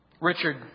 Richard